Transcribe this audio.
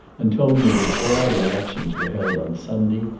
and told me that all elections were held on sunday,